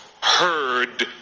heard